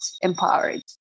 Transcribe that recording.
empowered